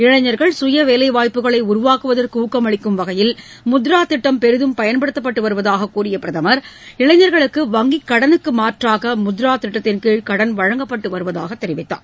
இளைஞர்கள் சுயவேலைவாய்ப்புகளை உருவாக்குவதற்கு ஊக்கமளிக்கும் வகையில் முத்ரா திட்டம் பெரிதும் பயன்பட்டு வருவதாக கூறிய பிரதமர இளைஞர்களுக்கு வங்கிக் கடனுக்கு மாற்றாக முத்ரா திட்டத்தின்கீழ் கடன் வழங்கப்பட்டு வருவதாக தெரிவித்தார்